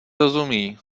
rozumí